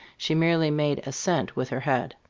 she merely made assent with her head.